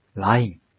Lying